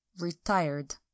retired